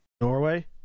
Norway